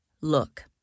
Look